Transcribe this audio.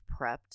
prepped